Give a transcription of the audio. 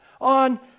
on